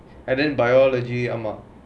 and then biology ah mah